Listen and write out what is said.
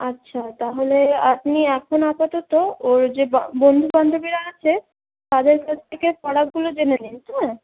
আচ্ছা তাহলে আপনি এখন আপাতত ওর যে বন্ধুবান্ধবীরা আছে তাদের কাছ থেকে পড়াগুলো জেনে নিন হ্যাঁ